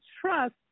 trust